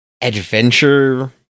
adventure